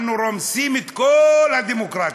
אנחנו רומסים את כל הדמוקרטיה.